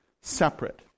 separate